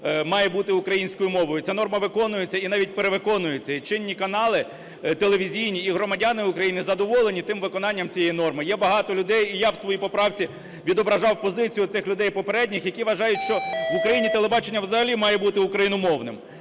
має бути українською мовою. Ця норма виконується і навіть перевиконується. І чинні канали телевізійні і громадяни України задоволені тим виконанням цієї норми. Є багато людей, і я в своїй поправці відображав позицію цих людей, попередніх, які вважають, що в Україні телебачення взагалі має бути україномовним.